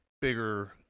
bigger